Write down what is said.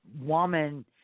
woman